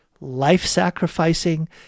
life-sacrificing